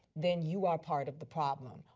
then you are part of the problem.